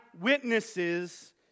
witnesses